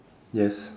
yes